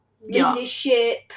leadership